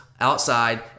outside